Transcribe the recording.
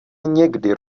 někdy